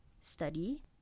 study